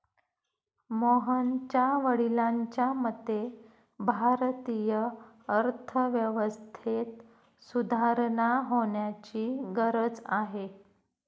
मोहनच्या वडिलांच्या मते, भारतीय अर्थव्यवस्थेत सुधारणा होण्याची गरज आहे